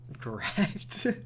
correct